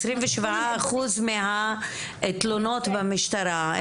עשרים ושבעה אחוז מהתלונות במשטרה,